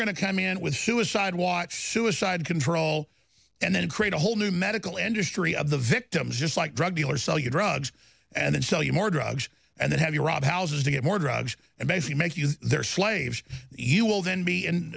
going to come in with suicide watch suicide control and then create a whole new medical industry of the victims just like drug dealers sell you drugs and then sell you more drugs and have you rob houses to get more drugs and basically make you their slaves you will then be